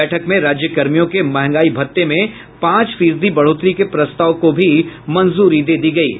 बैठक में राज्य कर्मियों के महंगाई भत्ते में पांच फीसदी बढ़ोतरी के प्रस्ताव को भी मंजूरी दे दी गयी है